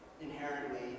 inherently